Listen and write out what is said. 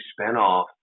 spinoff